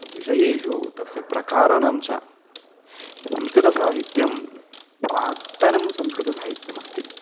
तद्विषयेषु तस्य प्रकाराणां च संस्कृतसाहित्यं प्राक्तनं संस्कृतसाहित्यम् अस्ति